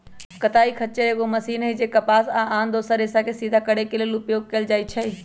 कताइ खच्चर एगो मशीन हइ जे कपास आ आन दोसर रेशाके सिधा करे लेल उपयोग कएल जाइछइ